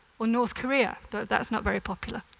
or north korea, though that's not very popular.